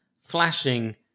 flashing